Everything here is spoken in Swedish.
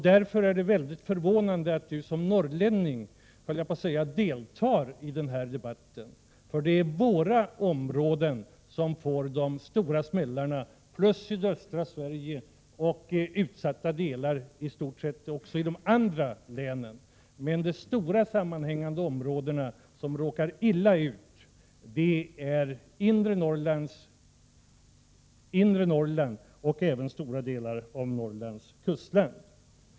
Därför är det väldigt förvånande att Bo Forslund som norrlänning deltar i den här debatten, för det är våra områden som får de stora smällarna plus sydöstra Sverige och utsatta delar också i län på annat håll. Men jag understryker att de stora sammanhängande områdena som råkar illa ut är inre Norrland och även stora delar av Norrlands kustland.